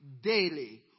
daily